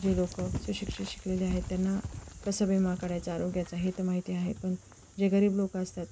जे लोकं सुशिक्षित शिकलेले आहेत त्यांना कसं विमा काढायचा आरोग्याचा हे तर माहिती आहे पण जे गरीब लोकं असतात